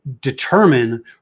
determine